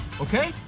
okay